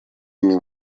ими